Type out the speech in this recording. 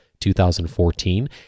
2014